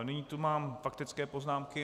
Nyní tu mám faktické poznámky.